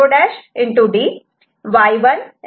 D Y1 S1'S0